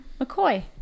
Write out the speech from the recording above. McCoy